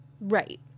Right